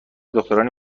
دخترانی